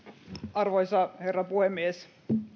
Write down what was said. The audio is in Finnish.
arvoisa herra puhemies